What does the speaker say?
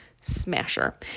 Smasher